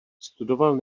studoval